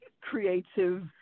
creative